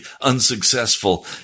unsuccessful